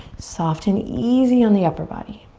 soft and easy on the upper body.